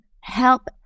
help